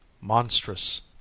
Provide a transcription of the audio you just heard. monstrous